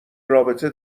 رابطه